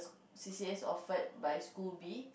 C_C_As offered by school B